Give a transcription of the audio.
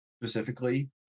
specifically